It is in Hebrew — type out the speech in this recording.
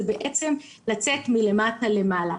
לעשות את זה מלמטה למעלה.